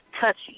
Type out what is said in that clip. touchy